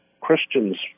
Christians